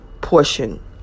portion